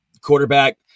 quarterback